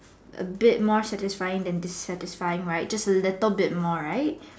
a bit more satisfying then dissatisfying right just a little bit more right